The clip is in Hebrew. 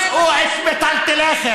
שאו את מטלטליכם,